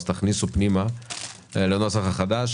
אז תכניסו אותם לנוסח הצעת החוק.